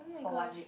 for one week